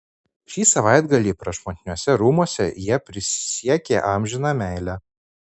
šį savaitgalį prašmatniuose rūmuose jie prisiekė amžiną meilę